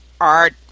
art